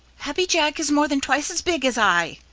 happy jack is more than twice as big as i,